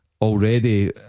Already